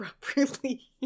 properly